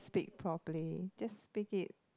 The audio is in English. speak properly just speak it